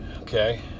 okay